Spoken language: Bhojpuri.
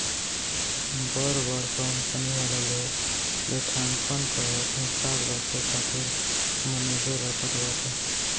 बड़ बड़ कंपनी वाला लोग लेखांकन कअ हिसाब रखे खातिर मनेजर रखत बाटे